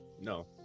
No